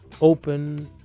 open